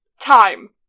time